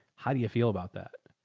how do you feel about that?